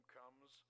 comes